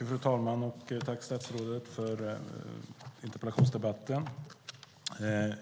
Fru talman! Tack, statsrådet, för interpellationsdebatten!